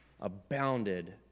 abounded